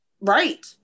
Right